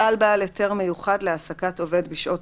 מפעל בעל היתר מיוחד להעסקת עובד בשעות